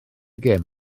gêm